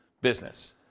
business